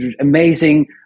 amazing